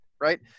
Right